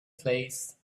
place